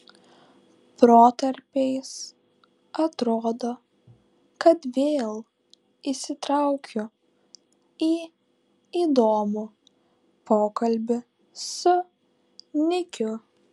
protarpiais atrodo kad vėl įsitraukiu į įdomų pokalbį su nikiu